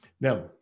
Now